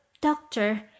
doctor